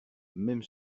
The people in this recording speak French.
même